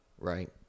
Right